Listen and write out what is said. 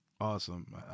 Awesome